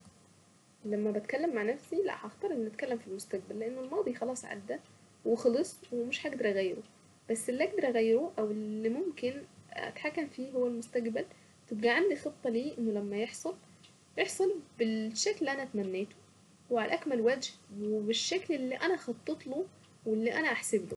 لما بتكلم مع نفسي لا هختار اني اتكلم في المستقبل لان الماضي خلاص عدى وخلص ومش هقدر اغيره بس اللي اقدر اغيره او اللي ممكن اتحكم فيه هو المستقبل تبقى عندي خطة له انه لما يحصل ارسم بالشكل اللي انا اتمنيته وعلى اكمل وجه وبالشكل اللي انا خطط له واللي انا احسبه.